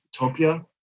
utopia